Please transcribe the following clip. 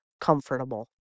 comfortable